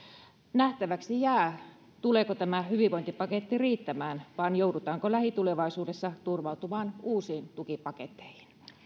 nähtäväksi jää tuleeko tämä hyvinvointipaketti riittämään vai joudutaanko lähitulevaisuudessa turvautumaan uusiin tukipaketteihin